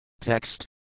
Text